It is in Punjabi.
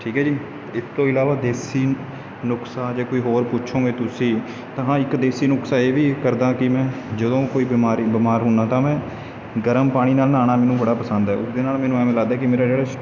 ਠੀਕ ਹੈ ਜੀ ਇਸ ਤੋਂ ਇਲਾਵਾ ਦੇਸੀ ਨੁਸਖਾ ਜੇ ਕੋਈ ਹੋਰ ਪੁੱਛੋਂਗੇ ਤੁਸੀਂ ਤਾਂ ਹਾਂ ਇੱਕ ਦੇਸੀ ਨੁਸਖਾ ਇਹ ਵੀ ਕਰਦਾਂ ਕਿ ਮੈਂ ਜਦੋਂ ਕੋਈ ਬਿਮਾਰੀ ਬਿਮਾਰ ਹੁੰਦਾ ਤਾਂ ਮੈਂ ਗਰਮ ਪਾਣੀ ਨਾਲ ਨਹਾਉਣਾ ਮੈਨੂੰ ਬੜਾ ਪਸੰਦ ਹੈ ਉਸ ਦੇ ਨਾਲ ਮੈਨੂੰ ਐਵੇਂ ਲੱਗਦਾ ਕਿ ਮੇਰਾ ਜਿਹੜਾ ਸ